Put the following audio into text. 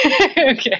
Okay